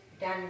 done